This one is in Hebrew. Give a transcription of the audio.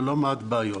ללא מעט בעיות.